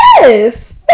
Yes